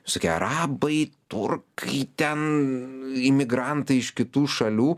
visokie arabai turkai ten imigrantai iš kitų šalių